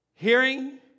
Hearing